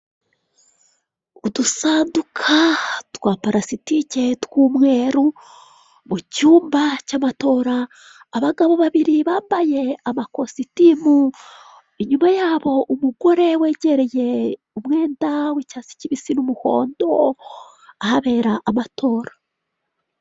Udusanduka twa parasitike tw'umweru mu cyumba cy'amatora. Abagabo babiri bambaye amakositimu, inyuma yabo umugore wegereye umwenda wicyatsi kibisi numuhondo ahabera amatora.